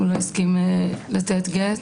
הוא לא הסכים לתת גט,